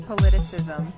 Politicism